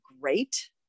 great